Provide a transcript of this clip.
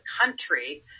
country